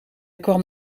kwam